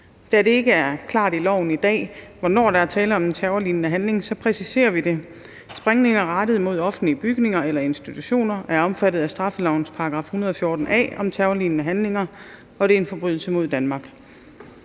Da det ikke er klart i loven i dag, hvornår der er tale om en terrorlignende handling, så præciserer vi det. Sprængninger rettet mod offentlige bygninger eller institutioner er omfattet af straffelovens § 114 A om terrorlignende handlinger, og det er en forbrydelse mod Danmark.